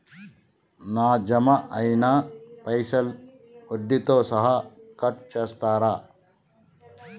నా జమ అయినా పైసల్ వడ్డీతో సహా కట్ చేస్తరా?